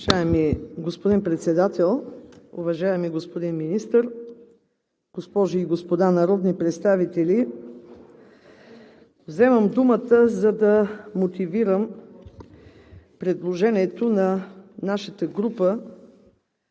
Уважаеми господин Председател, уважаеми господин Министър, госпожи и господа народни представители! Вземам думата, за да мотивирам предложението на нашата група